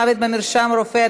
מוות במרשם רופא),